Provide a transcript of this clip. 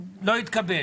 הצבעה לא אושר לא התקבל.